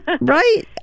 Right